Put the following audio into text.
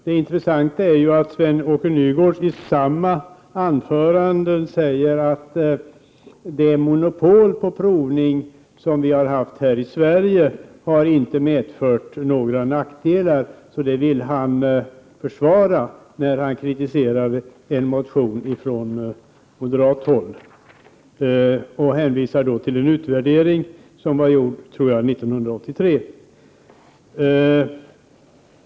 Det intressanta är att Sven-Åke Nygårds i sitt anförande säger att det monopol på provning som vi har haft här i Sverige inte har medfört någon nackdel. Det monopolet vill han försvara när han kritiserar en motion från moderaterna och hänvisar till en utvärdering som har gjorts 1983.